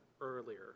earlier